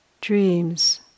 dreams